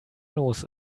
los